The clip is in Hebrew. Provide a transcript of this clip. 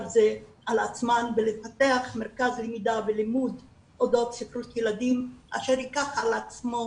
הזה על עצמן ולפתח מרכז למידה ולימוד אודות ספרות ילדים שייקח על עצמו